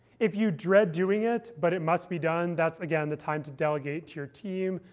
if you dread doing it, but it must be done, that's again the time to delegate to your team,